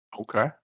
okay